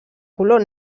color